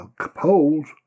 polls